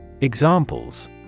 Examples